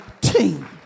team